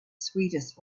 sweetest